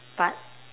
but